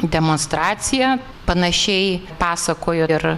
demonstraciją panašiai pasakojo ir